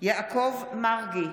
יעקב מרגי,